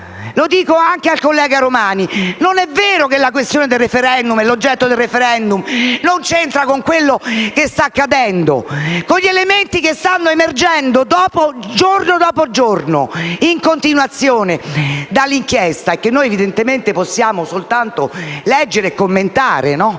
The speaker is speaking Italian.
lo dico anche al collega Romani - non è vero che la questione e l'oggetto del *referendum* non c'entrano con quello che sta accadendo e con gli elementi che stanno emergendo giorno dopo giorno, in continuazione, dall'inchiesta e che noi evidentemente possiamo solo leggere e commentare sui